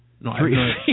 no